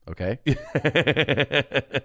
Okay